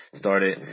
started